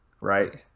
right